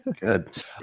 good